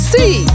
See